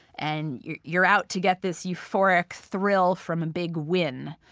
and you're you're out to get this euphoric thrill from a big win.